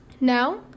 Now